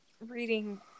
reading